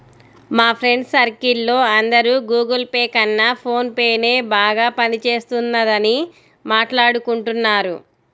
మా friends circle లో అందరూ గుగుల్ పే కన్నా ఫోన్ పేనే బాగా పని చేస్తున్నదని మాట్టాడుకుంటున్నారు